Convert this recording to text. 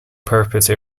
purpose